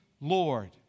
Lord